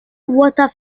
water